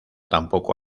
tampoco